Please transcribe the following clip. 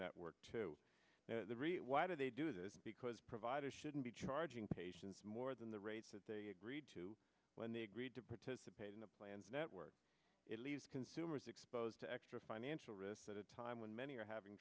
network to the why do they do this because providers shouldn't be charging patients more than the rates that they agreed to when they agreed to participate in the plan's network it leaves consumers exposed to extra financial risk at a time when many are having